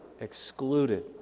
excluded